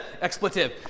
expletive